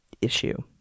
Issue